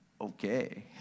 okay